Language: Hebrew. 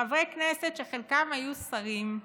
חברי כנסת שחלקם היו שרים,